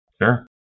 Sure